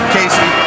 Casey